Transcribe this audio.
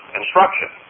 instruction